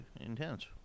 intense